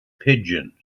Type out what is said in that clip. pigeons